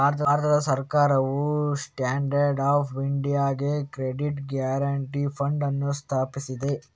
ಭಾರತ ಸರ್ಕಾರವು stand up ಇಂಡಿಯಾಗೆ credit guarantee fund ಅನ್ನು ಸ್ಥಾಪಿಸಿದೆ